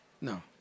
No